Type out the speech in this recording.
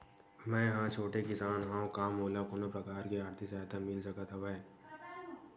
मै ह छोटे किसान हंव का मोला कोनो प्रकार के आर्थिक सहायता मिल सकत हवय?